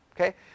okay